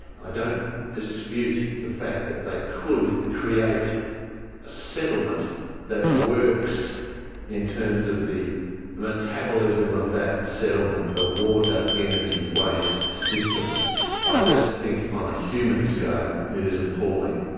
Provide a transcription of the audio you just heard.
i don't dispute the fact that they could create a settlement that works in terms of the metabolism of that settlement, the water, energy, waste systems. i just think on a human scale it is appalling.